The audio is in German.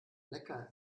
lecker